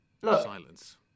Silence